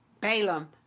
Balaam